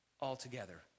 altogether